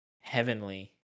heavenly